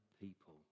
people